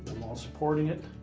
while supporting it,